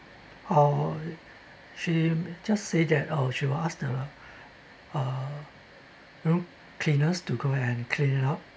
uh she just say that oh she will ask the uh room cleaners to go and clean up